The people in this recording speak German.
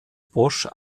bosch